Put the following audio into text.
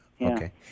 Okay